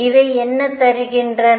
இவை என்ன தருகின்றன